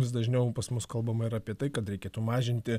vis dažniau pas mus kalbama ir apie tai kad reikėtų mažinti